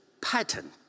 pattern